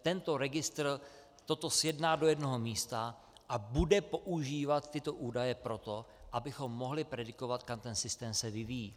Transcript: Tento registr toto sjedná do jednoho místa a bude používat tyto údaje pro to, abychom mohli predikovat, kam se ten systém vyvíjí.